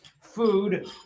food